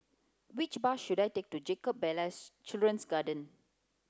which bus should I take to Jacob Ballas Children's Garden